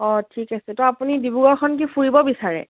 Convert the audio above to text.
অঁ ঠিক আছে ত' আপুনি ডিব্ৰুগড়খন কি ফুৰিব বিচাৰে